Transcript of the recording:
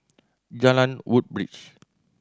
Jalan Woodbridge